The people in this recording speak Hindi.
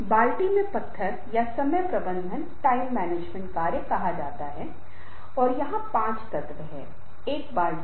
आवाज़ से गति अलग अलग होती है वॉल्यूम अलग अलग होता है इन्टोनेशन अलग अलग होता है जहाँ आवश्यकता होती है वहां ब्रेक दें